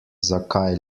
zakaj